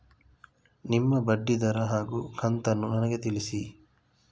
ನಿಮ್ಮ ಬಡ್ಡಿದರ ಹಾಗೂ ಕಂತನ್ನು ನನಗೆ ತಿಳಿಸಿ?